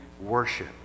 worship